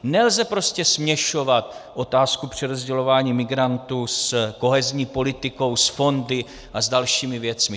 Nelze prostě směšovat otázku přerozdělování migrantů s kohezní politikou, s fondy a dalšími věcmi.